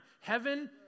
Heaven